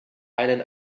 einen